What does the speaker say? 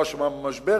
היא לא אשמה במשבר,